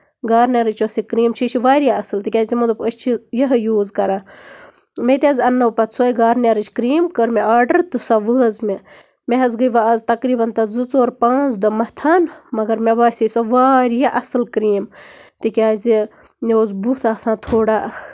گارنِیَرٕچ یۄس یہِ کریٖم چھِ یہِ چھِ واریاہ اَصٕل تِکیازِ تِمَو دوٚپ أسۍ چھِ یِہوے یوٗز کران مےٚ تہِ حظ اَننٲو پَتہٕ سۄے گارنِیرٕچ کریٖم کٔر مےٚ آرڈر تہٕ سۄ وٲژٕ مےٚ حظ گٔے وۄنۍ آز تَقریٖبَن تَتھ ژٕ ژور پانٛژھ دۄہ مَتھان مَگر مےٚ باسے سۄ واریاہ اَصٕل کریٖم تِکیازِ مےٚ اوس بُتھ آسان تھوڑا